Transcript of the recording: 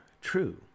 true